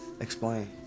Explain